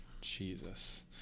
jesus